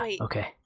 Okay